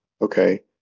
Okay